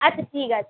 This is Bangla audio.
আচ্ছা ঠিক আছে